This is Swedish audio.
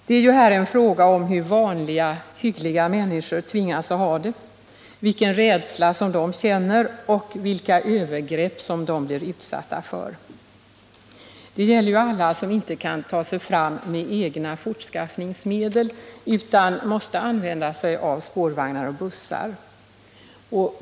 Det är ju här en fråga om hur vanliga hyggliga människor tvingas att ha det, vilken rädsla de känner och vilka övergrepp de blir utsatta för. Det gäller alla som inte kan ta sig fram med egna fortskaffningsmedel utan måste använda sig av spårvagnar och bussar.